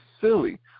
silly